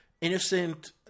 innocent